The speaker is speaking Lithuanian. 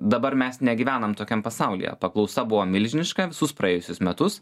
dabar mes negyvenam tokiam pasaulyje paklausa buvo milžiniška visus praėjusius metus